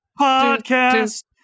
podcast